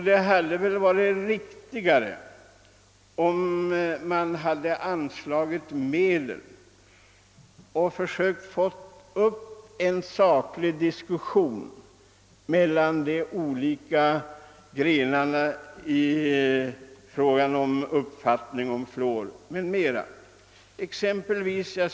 Det hade väl varit riktigare att anslå medel och försöka få till stånd en saklig diskussion, där de olika meningarna om fluoridering m.m. kunnat redovisas.